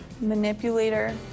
manipulator